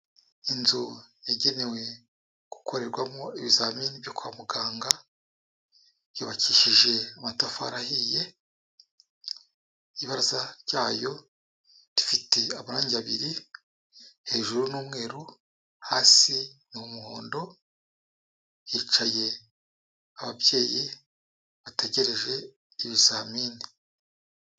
Inzu yagenewe gukorerwamo ibizamini byo kwa muganga, yubakishije amatafari ahiye, ibaraza ryayo rifite amarangi babiri, hejuru n'umweru, hasi ni umuhondo, hicaye ababyeyi bategereje ibizamini.